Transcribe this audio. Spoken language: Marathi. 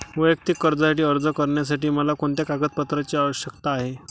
वैयक्तिक कर्जासाठी अर्ज करण्यासाठी मला कोणत्या कागदपत्रांची आवश्यकता आहे?